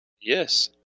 Yes